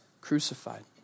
crucified